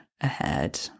ahead